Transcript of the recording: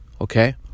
okay